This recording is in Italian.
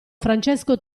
francesco